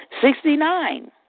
Sixty-nine